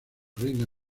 reina